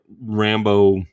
Rambo